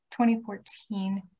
2014